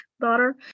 Daughter